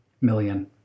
million